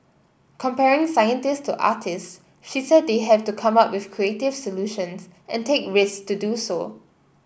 comparing scientist to artist she said they have to come up with creative solutions and take risk to do so